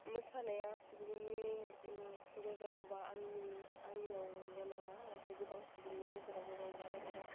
मोसानाया सुबुंनि गेजेरावबा आंनि आंनियावल' नङा नाथाइ गोबां सुबुंनि गेजेरावबो रंजानाय एबा